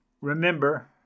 remember